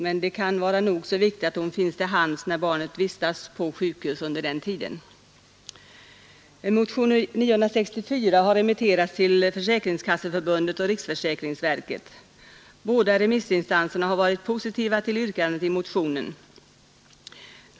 Men det kan vara nog så viktigt att hon finns till hands under den = Nr 117 dear alt Då "end Onsdagen den Motion 964 har remitterats till Försäkringskasseförbundet och riksför 15 november 1972 säkringsverket. Båda remissinstanserna har varit positiva till yrkandet i - motionen.